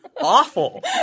awful